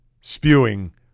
spewing